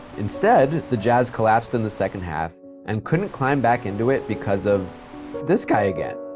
instead, the jazz collapsed in the second half and couldn't climb back into it because of this guy again.